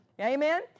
Amen